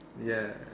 ya